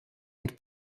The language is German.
und